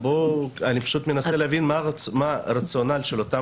אני פשוט מנסה להבין מה הרציונל של אותם